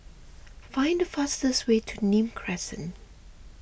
find the fastest way to Nim Crescent